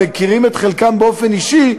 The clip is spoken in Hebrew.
מכירים את חלקם באופן אישי,